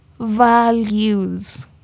values